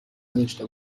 نداشته